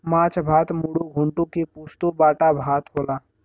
माछ भात मुडो घोन्टो के पोस्तो बाटा भात होला